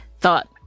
thought